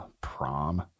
prom